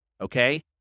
okay